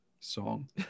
Song